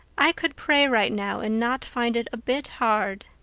i could pray right now and not find it a bit hard.